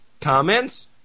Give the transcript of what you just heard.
Comments